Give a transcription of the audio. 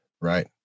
right